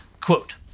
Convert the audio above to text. Quote